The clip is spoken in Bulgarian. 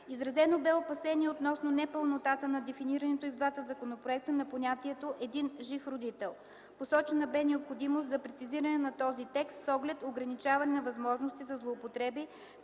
Изразено бе опасение относно непълнотата на дефинирането и в двата законопроекта на понятието „един жив родител”. Посочена бе необходимост за прецизиране на този текст с оглед ограничаване на възможности за злоупотреби